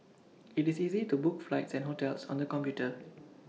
IT is easy to book flights and hotels on the computer